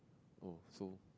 oh so